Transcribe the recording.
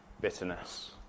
Bitterness